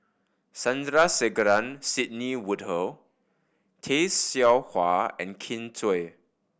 Sandrasegaran Sidney Woodhull Tay Seow Huah and Kin Chui